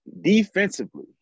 defensively